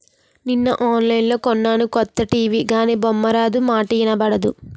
నిన్న ఆన్లైన్లో కొన్నాను కొత్త టీ.వి గానీ బొమ్మారాదు, మాటా ఇనబడదు